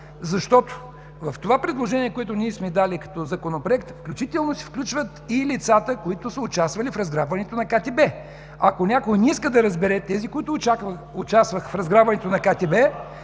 защото в това предложение, което ние сме дали като законопроект, се включват и лицата, които са участвали в разграбването на КТБ! Ако някой не иска да разбере какви са тези хора, които участваха в разграбването на КТБ,